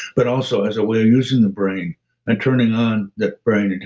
but also as a way of using the brain and turning on that brain.